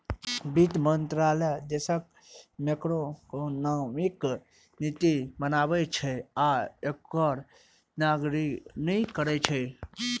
वित्त मंत्रालय देशक मैक्रोइकोनॉमिक नीति बनबै छै आ ओकर निगरानी करै छै